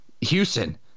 Houston